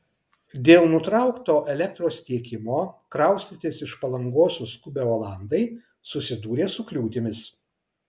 dėl nutraukto elektros tiekimo kraustytis iš palangos suskubę olandai susidūrė su kliūtimis